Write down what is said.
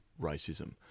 racism